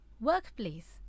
workplace